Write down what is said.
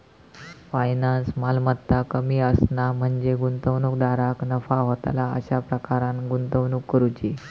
फायनान्सात, मालमत्ता कमी असणा म्हणजे गुंतवणूकदाराक नफा होतला अशा प्रकारान गुंतवणूक करुची